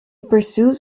pursues